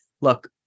look